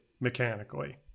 mechanically